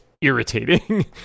irritating